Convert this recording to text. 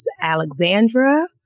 Alexandra